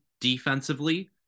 defensively